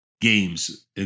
games